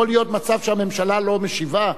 יכול להיות מצב שהממשלה לא משיבה?